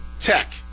Tech